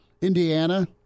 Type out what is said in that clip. Indiana